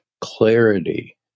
Clarity